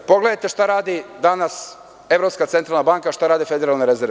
Pogledajte šta radi danas Evropska centralna banka, a šta rade Federalne rezerve?